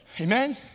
Amen